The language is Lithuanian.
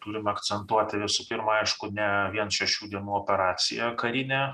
turime akcentuoti visų pirma aišku ne vien šešių dienų operaciją karinę